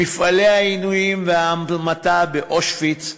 מפעלי העינויים וההמתה באושוויץ,